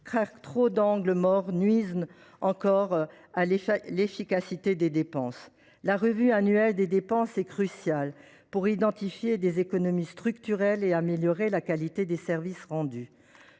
trop d’angles morts nuisent encore à l’efficacité des dépenses. La revue annuelle des dépenses est cruciale pour identifier des économies structurelles et améliorer la qualité des services rendus.